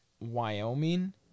Wyoming